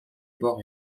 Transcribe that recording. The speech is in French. bords